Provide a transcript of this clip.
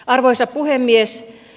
arvoisa puhemies